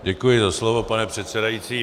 Děkuji za slovo, pane předsedající.